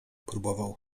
próbował